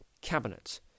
Cabinet